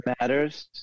matters